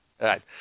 right